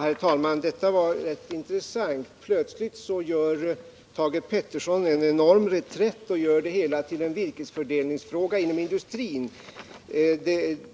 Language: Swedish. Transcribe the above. Herr talman! Detta var rätt intressant. Plötsligt gör Thage Peterson en enorm reträtt och gör hela den här frågan till en virkesfördelningsfråga inom industrin.